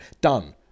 Done